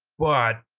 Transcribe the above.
but,